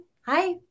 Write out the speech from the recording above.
Hi